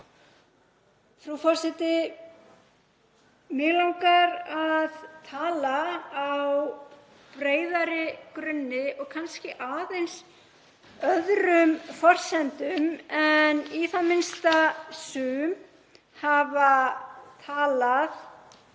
Frú forseti. Mig langar að tala á breiðari grunni og kannski aðeins öðrum forsendum en í það minnsta sum hafa talað